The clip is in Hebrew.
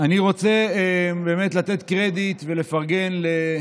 רוצה לקרוא את הנאום שלי, אני לא רגיל לזה.